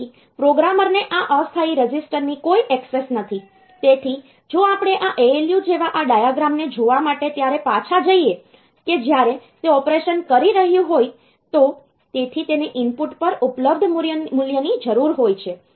તેથી પ્રોગ્રામરને આ અસ્થાયી રજિસ્ટરની કોઈ ઍક્સેસ નથી તેથી જો આપણે આ ALU જેવા આ ડાયાગ્રામને જોવા માટે ત્યારે પાછા જઈએ કે જ્યારે તે ઓપરેશન કરી રહ્યું હોય તો તેથી તેને ઇનપુટ પર ઉપલબ્ધ મૂલ્યની જરૂર હોય છે